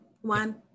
one